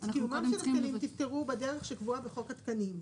את קיומם של התקנים תפתרו בדרך שקבועה בחוק התקנים,